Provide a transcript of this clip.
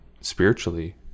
spiritually